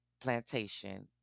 Plantation